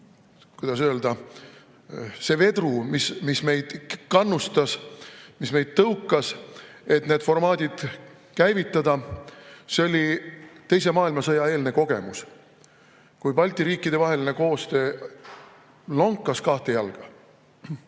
kuidas öelda, vedru, mis meid kannustas, meid tõukas, et need formaadid käivitada? See oli teise maailmasõja eelne kogemus, kui Balti riikide vaheline koostöö lonkas kahte jalga.